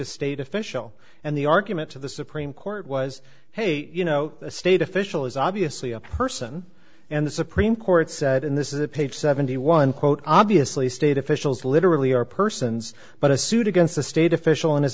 a state official and the argument to the supreme court was hey you know a state official is obviously a person and the supreme court said and this is a page seventy one quote obviously state officials literally are persons but a suit against a state official in his